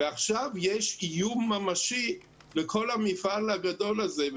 ועכשיו, יש איום ממשי לכל המפעל הגדול הזה.